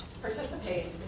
participate